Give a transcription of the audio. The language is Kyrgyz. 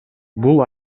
бул